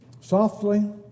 Softly